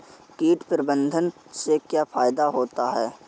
कीट प्रबंधन से क्या फायदा होता है?